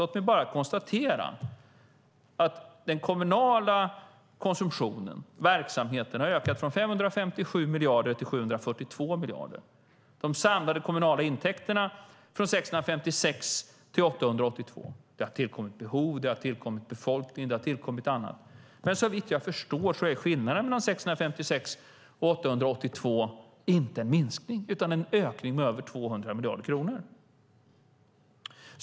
Låt mig bara konstatera att den kommunala konsumtionen, verksamheten, har ökat från 557 miljarder till 742 miljarder. De samlade kommunala intäkterna har ökat från 656 miljarder till 882 miljarder. Det har tillkommit behov, det har tillkommit befolkning, det har tillkommit annat. Men så vitt jag förstår är skillnaden mellan 656 miljarder och 882 miljarder inte en minskning utan en ökning med över 200 miljarder kronor.